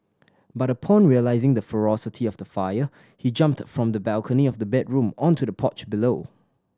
but upon realising the ferocity of the fire he jumped from the balcony of the bedroom onto the porch below